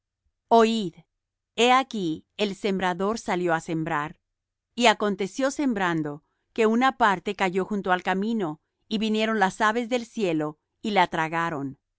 oid he aquí el sembrador salió á sembrar y aconteció sembrando que una parte cayó junto al camino y vinieron las aves del cielo y la tragaron